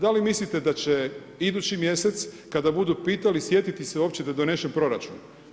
Da li mislite da će idući mjesec, kada budu pitali, sjetiti se uopće da donesu proračun.